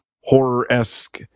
horror-esque